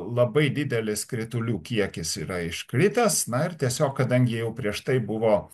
labai didelis kritulių kiekis yra iškritęs na ir tiesiog kadangi jau prieš tai buvo